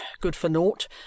good-for-naught